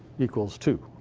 equals two.